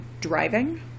driving